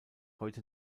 heute